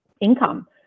income